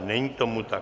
Není tomu tak.